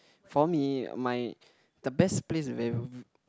for me my the best place will